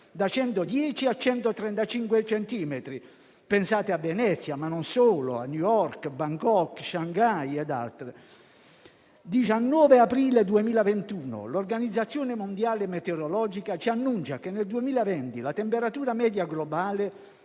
da 110 a 135 centimetri (pensate a Venezia, ma anche a New York, a Bangkok, a Shanghai e ad altre). 19 aprile 2021: l'Organizzazione meteorologica mondiale annuncia che nel 2020 la temperatura media globale